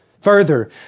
Further